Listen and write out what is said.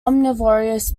omnivorous